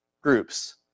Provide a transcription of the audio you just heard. groups